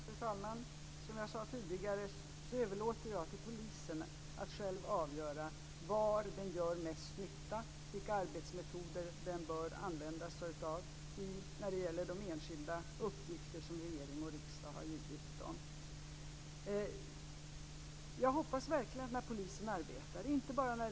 Fru talman! Som jag sade tidigare överlåter jag till polisen att avgöra var den gör mest nytta och vilka arbetsmetoder den bör använda sig av i de enskilda uppgifter som regering och riksdag har givit polisen. Jag hoppas att polisen i alla lägen uppträder på ett sådant sätt att det inte uppfattas som negativt utan alltid upplevs som en positiv åtgärd från polisens sida.